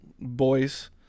boys